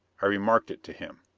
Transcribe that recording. i remarked it to him.